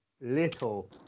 little